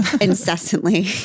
incessantly